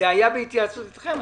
היה בהתייעצות איתכם.